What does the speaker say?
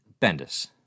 Bendis